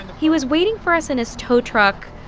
he was waiting for us in his tow truck,